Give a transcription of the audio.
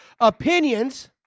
opinions